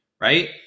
right